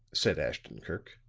said ashton-kirk.